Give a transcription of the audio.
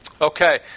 Okay